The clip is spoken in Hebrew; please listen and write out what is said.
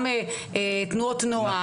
גם תנועות נוער,